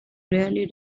rarely